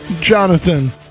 Jonathan